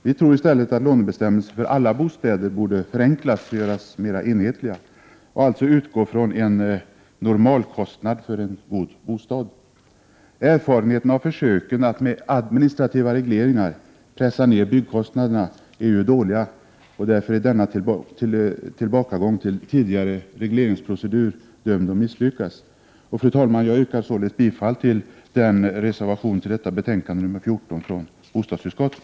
Vi tror i stället att lånebestämmelserna för alla bostäder borde förenklas och göras mera enhetliga och utgå från en normalkostnad för en god bostad. Erfarenheterna av försöken att med administrativa regleringar pressa ner byggkostnaderna är ju dåliga, och därför är denna återgång till en tidigare regleringsprocedur dömd att misslyckas. Fru talman! Jag yrkar således bifall till reservationen vid betänkande 14 från bostadsutskottet.